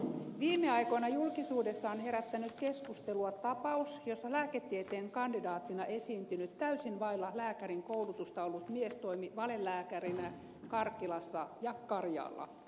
viime aikoina julkisuudessa on herättänyt keskustelua tapaus jossa lääketieteen kandidaattina esiintynyt täysin vailla lääkärin koulutusta ollut mies toimi valelääkärinä karkkilassa ja karjaalla